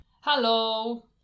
Hello